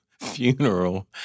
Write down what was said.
funeral